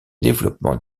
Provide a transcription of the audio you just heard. développement